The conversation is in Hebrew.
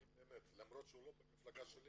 באמת, למרות שהוא לא במפלגה שלי